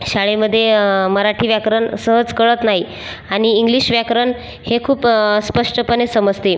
शाळेमधे मराठी व्याकरन सहज कळत नाई आनि इंग्लिश व्याकरन हे खूपं स्पष्टपणे समजते